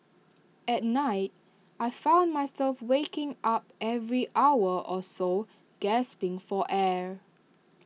at night I found myself waking up every hour or so gasping for air